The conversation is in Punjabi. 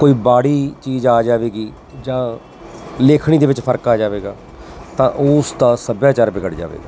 ਕੋਈ ਮਾੜੀ ਚੀਜ਼ ਆ ਜਾਵੇਗੀ ਜਾਂ ਲੇਖਣੀ ਦੇ ਵਿੱਚ ਫਰਕ ਆ ਜਾਵੇਗਾ ਤਾਂ ਉਸ ਦਾ ਸੱਭਿਆਚਾਰ ਵਿਗੜ ਜਾਵੇਗਾ